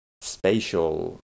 Spatial